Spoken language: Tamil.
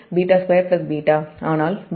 063 β2 β ஆனால் β2 β 1 0